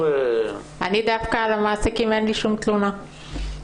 למעסיקים דווקא אין לי שום תלונות.